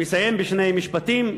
מסיים בשני משפטים.